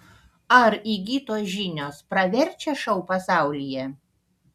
ar įgytos žinios praverčia šou pasaulyje